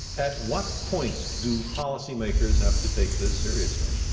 at what point do policy makers have to take this seriously?